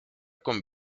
con